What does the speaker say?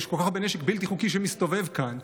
יש כל כך הרבה נשק בלתי חוקי שמסתובב כאן,